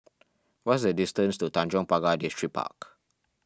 what is the distance to Tanjong Pagar Distripark